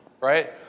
right